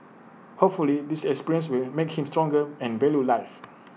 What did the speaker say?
hopefully this experience will make him stronger and value life